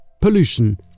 pollution